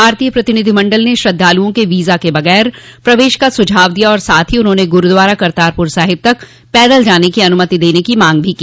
भारतोय प्रतिनिधि मंडल ने श्रद्धालुओं क वीजा के बग़ैर प्रवेश का सुझाव दिया और साथ ही उन्होंने गुरूद्वारा करतारपुर साहिब तक पैदल जाने की अनुमति देने की मांग भी की